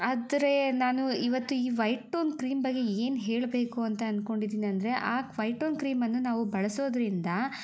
ಆದರೆ ನಾನು ಇವತ್ತು ಈ ವೈಟ್ ಟೋನ್ ಕ್ರೀಮ್ ಬಗ್ಗೆ ಏನು ಹೇಳಬೇಕು ಅಂತ ಅನ್ಕೊಂಡಿದೀನಿ ಅಂದರೆ ಆ ವೈಟ್ ಟೋನ್ ಕ್ರೀಮನ್ನು ನಾವು ಬಳಸೋದ್ರಿಂದ